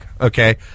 okay